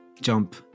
jump